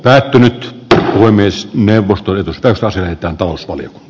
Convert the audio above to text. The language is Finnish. lain pitäisi myös neuvostoliitosta kaasinen talous oli